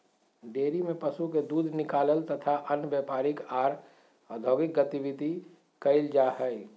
dairy में पशु के दूध निकालल तथा अन्य व्यापारिक आर औद्योगिक गतिविधि कईल जा हई